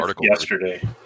yesterday